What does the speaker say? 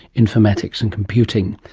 informatics and computing,